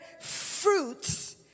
fruits